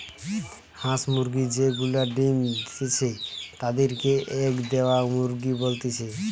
হাঁস মুরগি যে গুলা ডিম্ দিতেছে তাদির কে এগ দেওয়া মুরগি বলতিছে